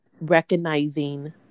recognizing